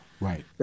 Right